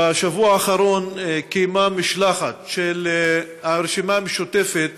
בשבוע האחרון קיימה משלחת של הרשימה המשותפת